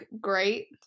great